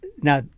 Now